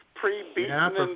Pre-beaten